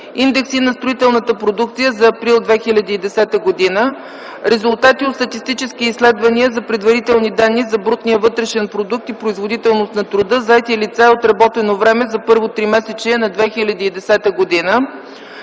индекси на строителната продукция за м. април 2010 г.; резултати от статистически изследвания за предварителни данни за брутния вътрешен продукт и производителност на труда, заети лица и отработено време за първото тримесечие на 2010 г.